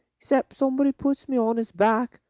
except somebody puts me on his back.